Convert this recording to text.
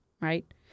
right